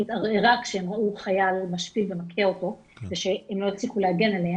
התערערה כשהם ראו חייל משפיל ומכה אותו ושהם לא הצליחו להגן עליהם,